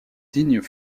dignes